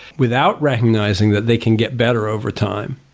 without recognizing that they can get better over time,